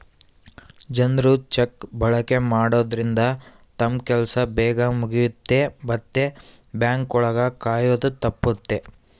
ಜನ್ರು ಚೆಕ್ ಬಳಕೆ ಮಾಡೋದ್ರಿಂದ ತಮ್ ಕೆಲ್ಸ ಬೇಗ್ ಮುಗಿಯುತ್ತೆ ಮತ್ತೆ ಬ್ಯಾಂಕ್ ಒಳಗ ಕಾಯೋದು ತಪ್ಪುತ್ತೆ